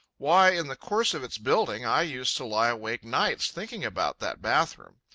why, in the course of its building, i used to lie awake nights thinking about that bath-room.